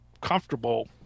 comfortable